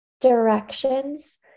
directions